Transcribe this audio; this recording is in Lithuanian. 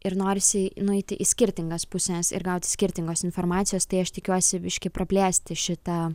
ir norisi nueiti į skirtingas puses ir gauti skirtingos informacijos tai aš tikiuosi biškį praplėsti šitą